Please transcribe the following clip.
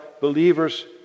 believers